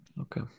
Okay